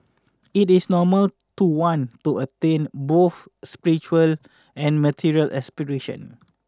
it is normal to want to attain both spiritual and material aspirations